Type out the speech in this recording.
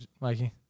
Mikey